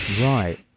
Right